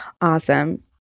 Awesome